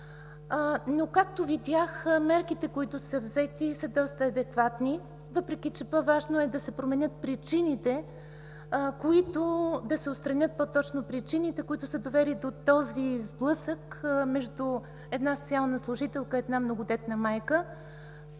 Но както видях, мерките, които са взети, са доста адекватни, въпреки че по-важно е да се отстранят причините, които са довели до този сблъсък между една социална служителка и една многодетна майка.